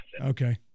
Okay